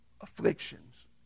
afflictions